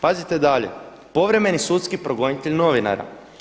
Pazite dalje, povremeni sudski progonitelj novinara.